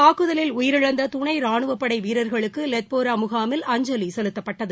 தாக்குதலில் உயிரிழந்த துணை ராணுவப்படை வீரர்களுக்கு லெத்போரா முகாமில் அஞ்சலி செலுத்தப்பட்டது